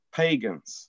pagans